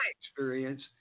experience